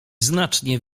znacznie